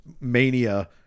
Mania